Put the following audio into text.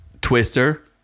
Twister